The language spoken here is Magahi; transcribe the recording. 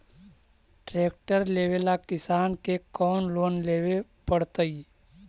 ट्रेक्टर लेवेला किसान के कौन लोन लेवे पड़तई?